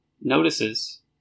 notices